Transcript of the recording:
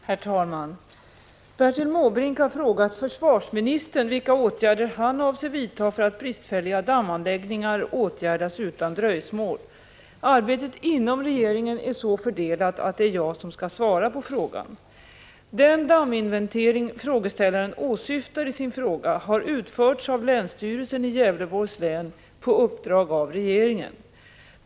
Herr talman! Bertil Måbrink har frågat försvarsministern vilka åtgärder han avser vidta för att bristfälliga dammanläggningar skall åtgärdas utan dröjsmål. Arbetet inom regeringen är så fördelat att det är jag som skall svara på frågan. Den damminventering frågeställaren åsyftar i sin fråga har utförts av länsstyrelsen i Gävleborgs län på uppdrag av regeringen.